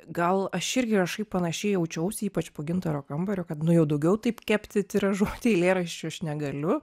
gal aš irgi kašaip panašiai jaučiausi ypač po gintaro kambario kad nu jau daugiau taip kepti tiražuoti eilėraščių aš negaliu